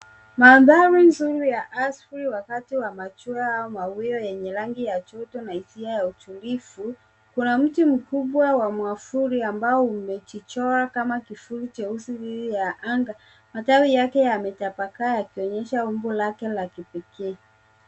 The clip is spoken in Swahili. Mandhari nzuri ya asfuri wakati wa machweo au mawio yenye rangi ya joto na hisia ya utulivu kuna mti mkubwa wa mwavuli ambao umejichora kama kivuli jeusi dhidiya anga. Matawi yake yametapakaa yakionyesha umbo lake la kipekee.